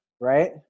Right